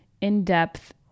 In-depth